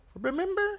Remember